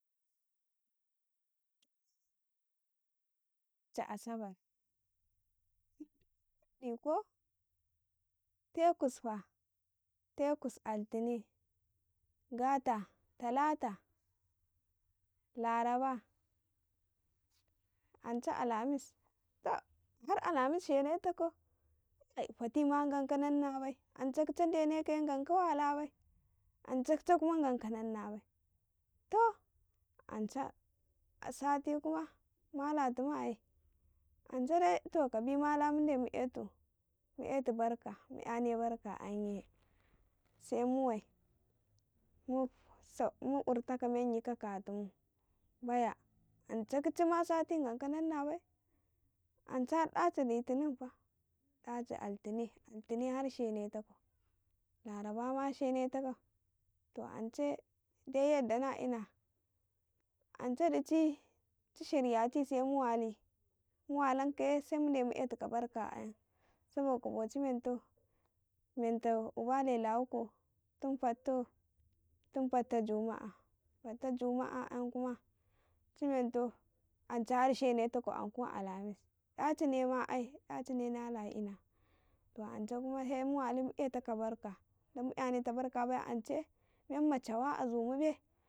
﻿To ankun juma'a, daci a sabar he tufa ladi ko tekusfa, tekus altine, gata talata, laraba ance alamis tab har alamis shene ta kau kai fatima ganka nanna bai ance kahe denekaye ganka wala bai, ance kuce hma gan ka nanna bai to ance sati kuma mala tumu aye ance de to ka bi mala mude mu e tu mu e to barka mu '' yane barka yanye se mu wai mu urtaka menyi ka katu mu baya ance kehema sati ganka nan na bai, ance har ɗaci litimin fa ,ɗaci altine, altine har shene takau larabama shene takau, to ance de yadda na ina, ance dici ci shiryati se mu wali mu walankaye se mude mu etu ka barka ayan sabokako cimentau menta ubale lawukau tun fatau fattau juma'a, fatta juma'a yan hma cimentau ance har shene takau ankun alamis ɗacine ma ai, ɗacine nala ina to ance hma he mu wali mu etaka bartka ance menma cawa azumu be.